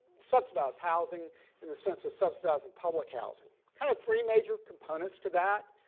subsidized housing in the sense of subsidized and public housing kind of three major components to that.